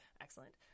excellent